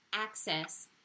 access